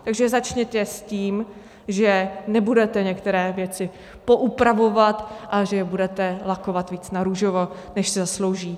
Takže začněte s tím, že nebudete některé věci poupravovat a že je budete lakovat víc narůžovo, než si zaslouží.